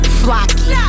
flocky